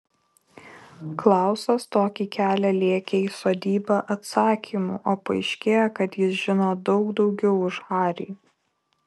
klausas tokį kelią lėkė į sodybą atsakymų o paaiškėja kad jis žino daug daugiau už harį